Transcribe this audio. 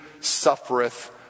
suffereth